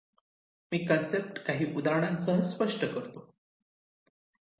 मी concept काही उदाहरणासह स्पष्ट करतो